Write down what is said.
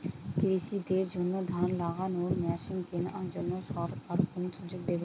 কৃষি দের জন্য ধান লাগানোর মেশিন কেনার জন্য সরকার কোন সুযোগ দেবে?